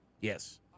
Yes